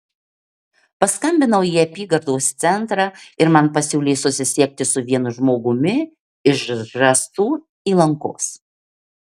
paskambinau į apygardos centrą ir man pasiūlė susisiekti su vienu žmogumi iš žąsų įlankos